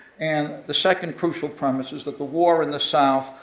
and the second crucial premise is that the war in the south,